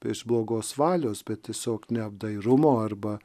iš blogos valios bet tiesiog neapdairumo arba